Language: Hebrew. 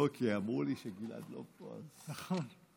לא, כי אמרו לי שגלעד לא פה, אז, נכון.